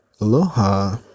Aloha